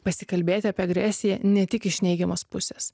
pasikalbėt apie agresiją ne tik iš neigiamos pusės